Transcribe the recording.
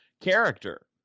character